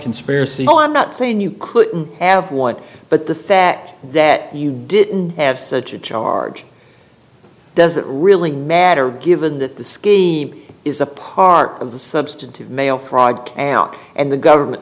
conspiracy well i'm not saying you couldn't have one but the fact that you didn't have such a charge doesn't really matter given that the scheme is a part of the substantive mail fraud out and the government